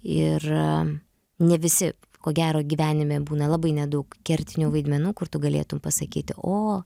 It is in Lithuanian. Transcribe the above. ir ne visi ko gero gyvenime būna labai nedaug kertinių vaidmenų kur tu galėtum pasakyti o